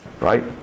Right